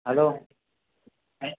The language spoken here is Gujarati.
હલો